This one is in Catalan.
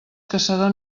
caçador